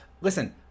Listen